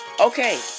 Okay